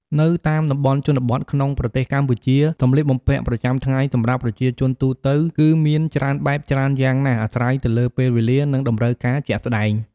នៅតាមតំបន់ជនបទក្នុងប្រទេសកម្ពុជា សម្លៀកបំពាក់ប្រចាំថ្ងៃសម្រាប់ប្រជាជនទូទៅគឺមានច្រើនបែបច្រើនយ៉ាងណាស់អាស្រ័យទៅលើពេលវេលានិងតម្រូវការជាក់ស្ដែង។